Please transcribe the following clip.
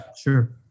Sure